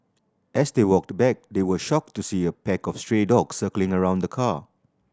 as they walked back they were shocked to see a pack of stray dogs circling around the car